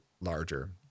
larger